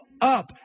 up